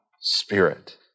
spirit